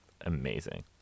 amazing